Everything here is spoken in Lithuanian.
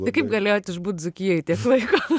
tai kaip galėjot išbūt dzūkijoj tiek laiko